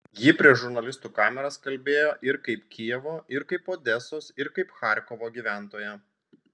ji prieš žurnalistų kameras kalbėjo ir kaip kijevo ir kaip odesos ir kaip charkovo gyventoja